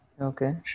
Okay